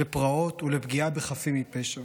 לפרעות ולפגיעה בחפים מפשע.